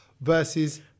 versus